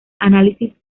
análisis